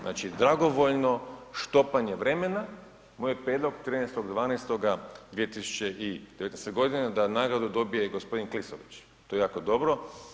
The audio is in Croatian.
Znači dragovoljno štopanje vremena, moj je prijedlog 13.12.2019. godine da nagradu dobije g. Klisović to je jako dobro.